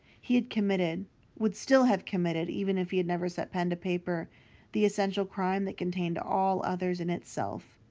he had committed would still have committed, even if he had never set pen to paper the essential crime that contained all others in itself.